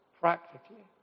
practically